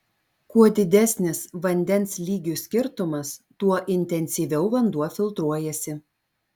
kuo didesnis vandens lygių skirtumas tuo intensyviau vanduo filtruojasi